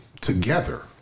together